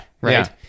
Right